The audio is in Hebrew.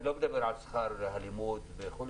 אני לא מדבר על שכר הלימוד וכו',